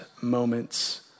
moments